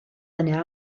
yna